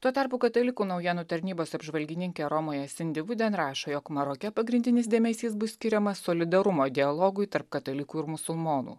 tuo tarpu katalikų naujienų tarnybos apžvalgininkė romoje cindy wooden rašo jog maroke pagrindinis dėmesys bus skiriamas solidarumo dialogui tarp katalikų ir musulmonų